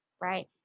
Right